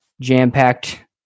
jam-packed